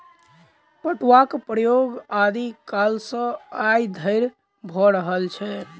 पटुआक प्रयोग आदि कालसँ आइ धरि भ रहल छै